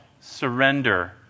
surrender